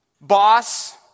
boss